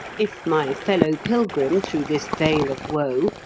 if my fellow-pilgrim through this vale of woe,